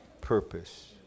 purpose